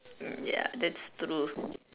hmm ya that's true